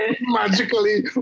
magically